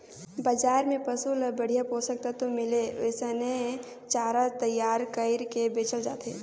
बजार में पसु ल बड़िहा पोषक तत्व मिले ओइसने चारा तईयार कइर के बेचल जाथे